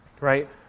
Right